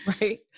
Right